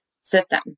system